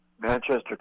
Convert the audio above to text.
Manchester